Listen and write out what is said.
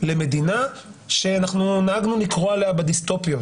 למדינה שאנחנו נהגנו לקרוא עליה בדיסטופיות